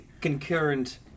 concurrent